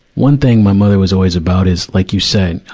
one thing my mother was always about is like you said,